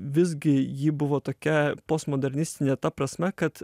visgi ji buvo tokia postmodernistinė ta prasme kad